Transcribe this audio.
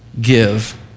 give